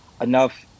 enough